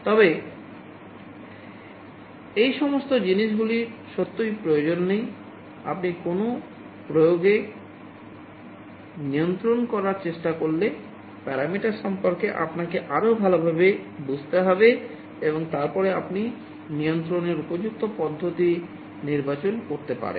তবে এই সমস্ত জিনিসগুলির সত্যই প্রয়োজন নেই আপনি কোনও প্রয়োগকে নিয়ন্ত্রণ করার চেষ্টা করলে প্যারামিটার সম্পর্কে আপনাকে আরও ভালভাবে বুঝতে হবে এবং তারপরে আপনি নিয়ন্ত্রণের উপযুক্ত পদ্ধতি নির্বাচন করতে পারেন